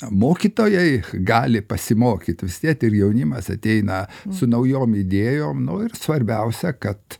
mokytojai gali pasimokyt vis tiek ir jaunimas ateina su naujom idėjom nu ir svarbiausia kad